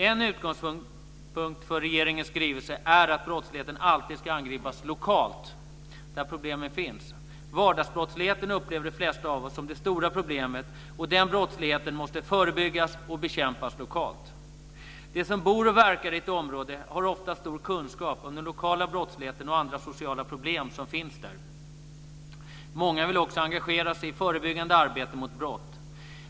En utgångspunkt för regeringens skrivelse är att brottsligheten alltid ska angripas lokalt, där problemen finns. Vardagsbrottsligheten upplever de flesta av oss som det stora problemet, och den brottsligheten måste förebyggas och bekämpas lokalt. De som bor och verkar i ett område har ofta stor kunskap om den lokala brottsligheten och andra sociala problem som finns där. Många vill också engagera sig i förebyggande arbete mot brott.